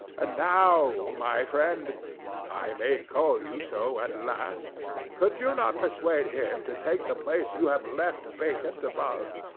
and now, my friend i may call you so at last could you not persuade him to take the place you have left vacant above?